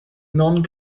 non